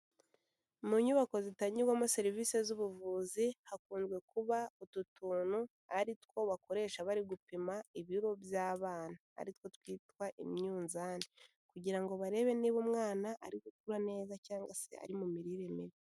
Mu nyubako zitangirwamo serivise z'ubuvuzi hakunda kuba utu tuntu ari two bakoresha bari gupima ibiro by'abana ariko twitwa imyunzani kugira barebe niba umwana ari gukura neza cyangwa se ari mu mirire mibi.